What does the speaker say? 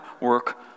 work